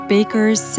Baker's